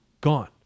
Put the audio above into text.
Gone